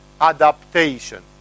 adaptation